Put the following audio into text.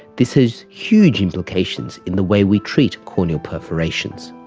this has huge implications in the way we treat corneal perforations.